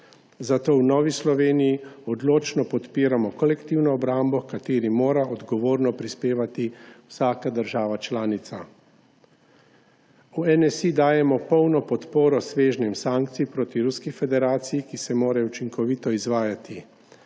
Zato v Novi Sloveniji odločno podpiramo kolektivno obrambo, h kateri mora odgovorno prispevati vsaka država članica. V NSi dajemo polno podporo svežnjem sankcij proti Ruski federaciji, ki se morajo učinkovito izvajati.